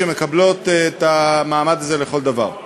שמקבלות את המעמד הזה לכל דבר.